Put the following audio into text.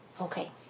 Okay